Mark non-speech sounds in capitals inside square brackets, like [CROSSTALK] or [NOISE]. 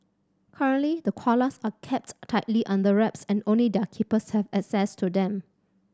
currently the koalas are [UNINTELLIGIBLE] tightly under wraps and only their keepers have access to them